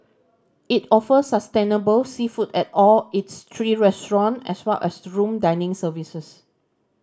it offers sustainable seafood at all its three restaurant as well as room dining services